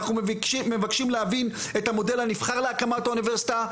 אנחנו מבקשים להבין את המודל הנבחר להקמת האוניברסיטה,